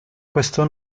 questo